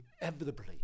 inevitably